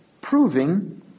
proving